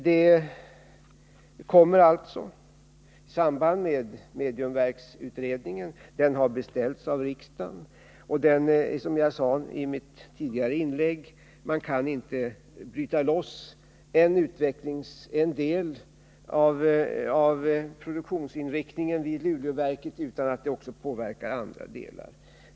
Det kommer i samband med resultatet av den utredning om ett nytt mediumvalsverk som har beställts av riksdagen. Som jag sade i mitt tidigare inlägg kan man inte bryta ut en del av produktionsinriktningen vid Luleåverket utan att detta påverkar också andra delar.